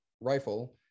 rifle